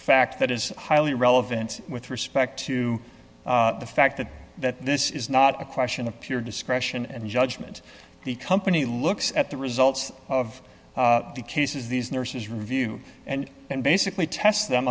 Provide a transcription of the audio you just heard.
fact that is highly relevant with respect to the fact that that this is not a question of pure discretion and judgment the company looks at the results of the cases these nurses review and then basically test them